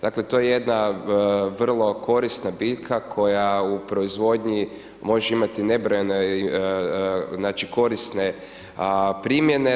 Dakle to je jedna vrlo korisna biljka koja u proizvodnji može imati nebrojene znači korisne primjene.